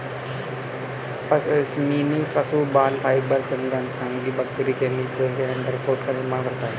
पश्मीना पशु बाल फाइबर चांगथांगी बकरी के नीचे के अंडरकोट का निर्माण करता है